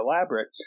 elaborate